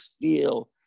feel